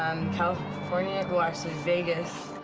kelly california. well actually, vegas.